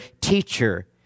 teacher